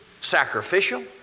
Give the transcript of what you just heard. sacrificial